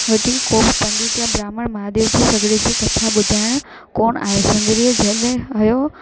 वटि कोई पंडित या ब्राहम्ण महादेव जी सॻिड़े जी कथा ॿुधाइणु कोन आहियो सुंदरीअ जॾहिं इहो